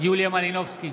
יוליה מלינובסקי,